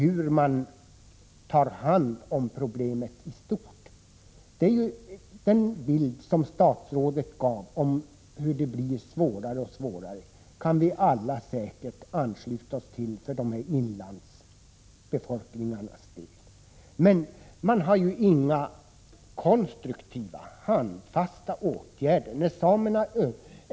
Vi kan säkerligen alla ansluta oss till den bild som statsrådet gav och som gick ut på att förhållandena blir svårare och svårare för de berörda inlandsbefolkningarna. Men man har inga konstruktiva, handfasta åtgärder att peka på.